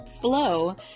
flow